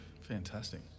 Fantastic